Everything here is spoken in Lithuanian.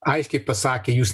aiškiai pasakė jūs